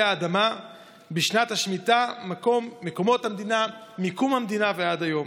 האדמה בשנת השמיטה מקום המדינה ועד היום.